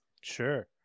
sure